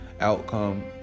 outcome